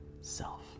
self